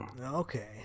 Okay